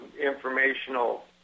informational